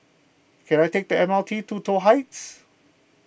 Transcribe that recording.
can I take the M R T to Toh Heights